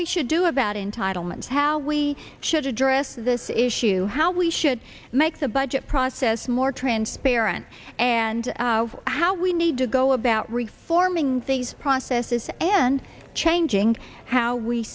we should do about entitlements how we should address this issue how we should make the budget process more transparent and how we need to go about reforming things processes and changing how we